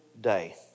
day